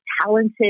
talented